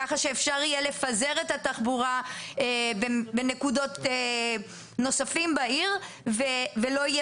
כך שאפשר יהיה לפזר את התחבורה בנקודות נוספות בעיר ולא יהיה